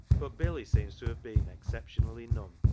but billy seems to have been exceptionally num,